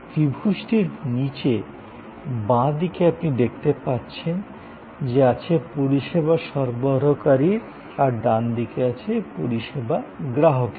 ত্রিভুজটির নীচে বাঁ দিকে আপনি দেখতে পাচ্ছেন যে আছে পরিষেবা সরবরাহকারীরা আর ডান দিকে আছে পরিষেবা গ্রাহকেরা